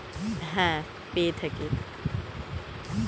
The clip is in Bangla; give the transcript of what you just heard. রিপ্র পেপার, টিসু পেপার অনেক রকমের পেপার আমরা পাবো